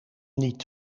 niet